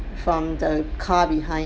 from the car behind